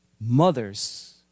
Mothers